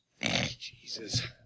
Jesus